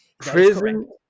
Prison